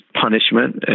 punishment